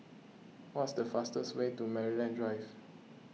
what is the fastest way to Maryland Drive